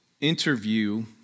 interview